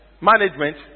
management